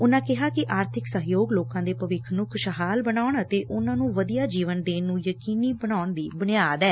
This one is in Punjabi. ਉਨੂਾ ਕਿਹਾ ਕਿ ਆਰਥਿਤ ਸਹਿਯੋਗ ਲੋਕਾਂ ਦੇ ਭੀਵੱਖ ਨੂੰ ਖੁਸ਼ਹਾਲ ਬਣਾਉਣਅਤੇ ਉਨੂਾਂ ਨੂੰ ਵਧੀਆ ਜੀਵਨ ਦੇਣ ਨੂੰ ਯਕੀਨੀ ਬਣਾਉਣ ਦੀ ਬੁਨਿਆਦ ਐ